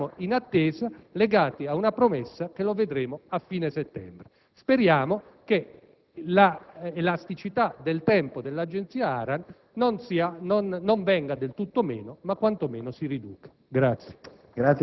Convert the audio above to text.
Restiamo in attesa, legati ad una promessa di cui vedremo le sorti a fine settembre. Speriamo che l'elasticità del tempo dell'Agenzia ARAN non venga del tutto meno, ma quanto meno si riduca.